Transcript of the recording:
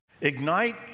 Ignite